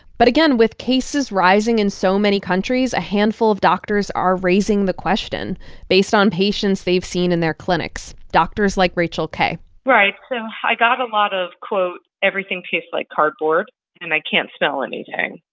but again, with cases rising in so many countries, a handful of doctors are raising the question based on patients they've seen in their clinics, doctors like rachel kaye right. so i got a lot of, quote, everything tastes like cardboard and i can't smell anything.